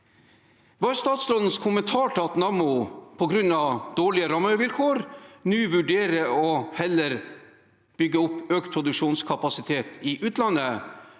er statsrådens kommentar til at Nammo på grunn av dårlige rammevilkår nå vurderer heller å bygge opp økt produksjonskapasitet i utlandet,